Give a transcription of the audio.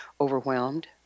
overwhelmed